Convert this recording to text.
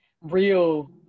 real